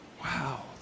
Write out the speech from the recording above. Wow